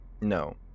No